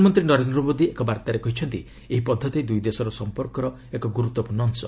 ପ୍ରଧାନମନ୍ତ୍ରୀ ନରେନ୍ଦ୍ର ମୋଦି ଏକ ବାର୍ତ୍ତାରେ କହିଛନ୍ତି ଏହି ପଦ୍ଧତି ଦୁଇ ଦେଶର ସମ୍ପର୍କର ଏକ ଗୁରୁତ୍ୱପୂର୍ଣ୍ଣ ଅଂଶ